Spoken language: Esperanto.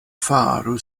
faru